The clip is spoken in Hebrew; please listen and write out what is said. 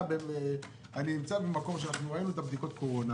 הרי ראינו את בדיקות הקורונה